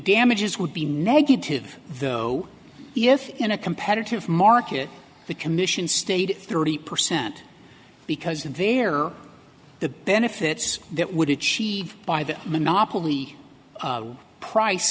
damages would be negative though if in a competitive market the commission stated thirty percent because the very the benefits that would achieve by the monopoly price